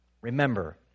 remember